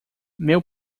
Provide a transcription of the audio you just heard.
meu